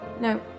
no